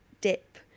dip